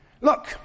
Look